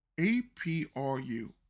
APRU